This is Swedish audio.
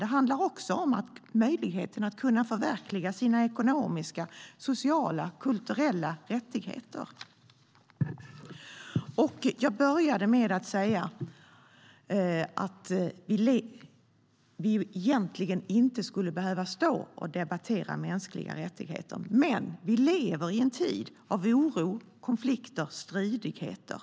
Det handlar också om möjligheterna att förverkliga sina ekonomiska, sociala och kulturella rättigheter. Jag började med att säga att vi egentligen inte skulle behöva stå och debattera mänskliga rättigheter. Men vi lever i en tid av oro, konflikter och stridigheter.